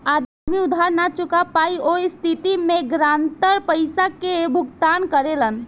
आदमी उधार ना चूका पायी ओह स्थिति में गारंटर पइसा के भुगतान करेलन